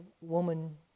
woman